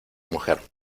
mujer